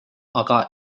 aga